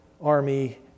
army